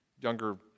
younger